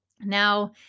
now